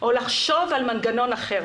או לחשוב על מנגנון אחר.